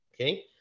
okay